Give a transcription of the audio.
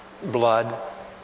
Blood